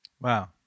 Wow